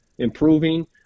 improving